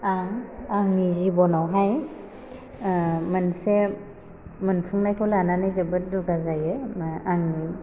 आं आंनि जिबनावहाय मोनसे मोनफुंनायखौ लानानै जोबोद दुगा जायो आंनि